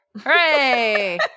hooray